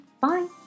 Bye